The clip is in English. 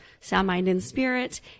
soundmindandspirit